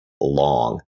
long